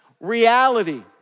reality